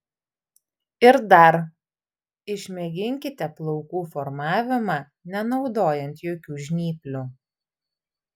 ir dar išmėginkite plaukų formavimą nenaudojant jokių žnyplių